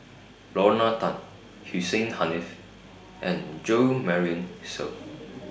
Lorna Tan Hussein Haniff and Jo Marion Seow